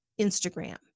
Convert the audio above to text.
Instagram